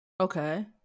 okay